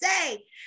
say